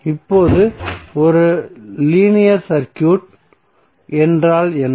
இப்போது ஒரு linear circuit என்றால் என்ன